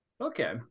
Okay